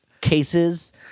cases